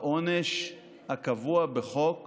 העונש הקבוע בחוק